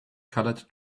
colored